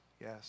yes